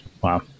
Wow